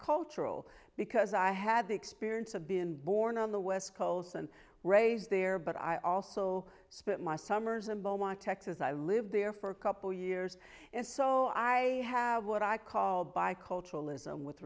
bicultural because i had the experience of been born on the west coles and raised there but i also spent my summers in beaumont texas i lived there for a couple years if so i have what i call biculturalism with